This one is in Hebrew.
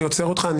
אני עוצר אותך,